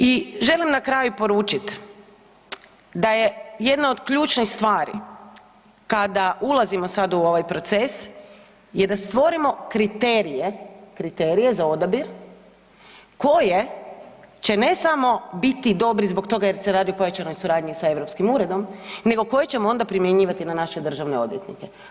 I želim na kraju poručit da je jedna od ključnih stvari kada ulazimo sad u ovaj proces je da stvorimo kriterije za odabir koje će ne samo biti dobri zbog toga jer se radi o pojačanoj suradnji sa europskim uredom nego koje ćemo onda primjenjivati na naše državne odvjetnike.